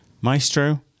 maestro